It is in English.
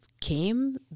came